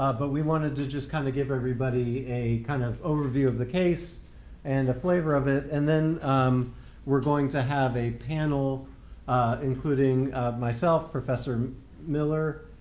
but we wanted to just kind of give everybody a kind of overview of the case and the flavor of it and then we're going to have a panel including myself, professor miller